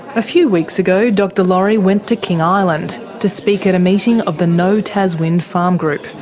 a few weeks ago, dr laurie went to king island to speak at a meeting of the no taswind farm group.